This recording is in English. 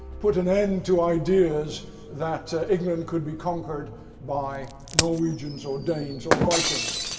put an end to ideas that ah england could be conquered by norwegians or danes or vikings.